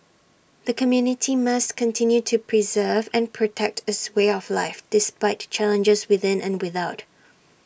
the community must continue to preserve and protect its way of life despite challenges within and without